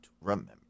remember